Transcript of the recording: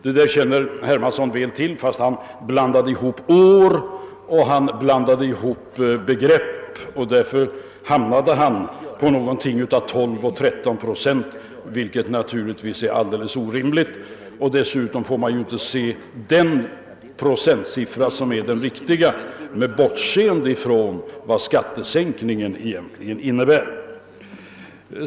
Det där känner herr Hermansson mycket väl till fastän han blandade ihop år och blandade ihop begrepp, och därför hamnade han på en prisstegring av 12 å 13 procent, vilket naturligtvis är alldeles orimligt. Dessutom får man inte se den procentsiffra som är den riktiga med bortseende från vad skattesänkningen egentligen innebär.